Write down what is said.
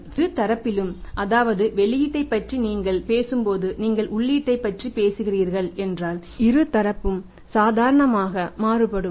மற்றும் இருதரப்பிலும் அதாவது வெளியீட்டைப் பற்றி நீங்கள் பேசும்போது நீங்கள் உள்ளீட்டைப் பற்றிபேசுகிறீர்கள் என்றால் இரு தரப்பும் சாதாரணமாக மாறுபடும்